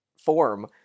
form